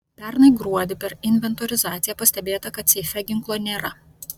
pernai gruodį per inventorizaciją pastebėta kad seife ginklo nėra